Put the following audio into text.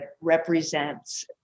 represents